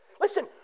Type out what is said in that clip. Listen